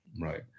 right